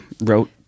wrote